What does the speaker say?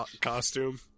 costume